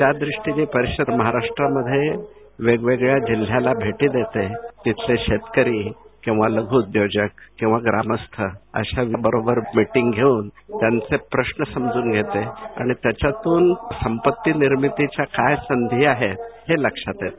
त्याचद्रष्टीने ही परिषद महाराष्ट्र राज्यातील विविध जिल्ह्याना भेटी देते तेथील शेतकरी लघुउद्योजक किवा ग्रामस्थ अशांबरोबर मीटिंग घेऊन त्यांचे प्रश्न समजून घेते आणि त्यातुन संपत्ती निर्मितीच्या काय संधी आहेत हे लक्षात येते